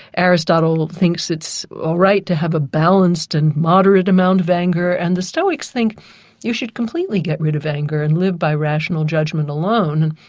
aristotle thinks it's all right to have a balanced and moderate amount of anger, and the stoics think we should completely get rid of anger, and live by rational judgment alone.